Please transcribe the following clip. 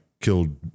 killed